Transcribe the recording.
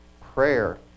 prayer